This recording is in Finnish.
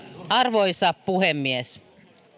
arvoisa puhemies